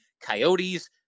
Coyotes